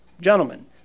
gentlemen